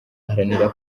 aharanira